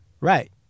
Right